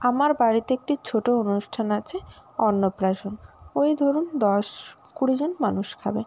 আমার বাড়িতে একটি ছোটো অনুষ্ঠান আছে অন্নপ্রাশন ওই ধরুন দশ কুড়ি জন মানুষ খাবে